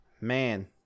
man